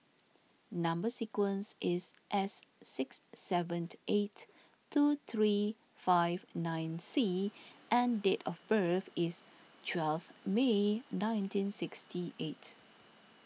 Number Sequence is S six seven eight two three five nine C and date of birth is twelve May nineteen sixty eight